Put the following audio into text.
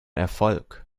erfolg